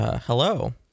Hello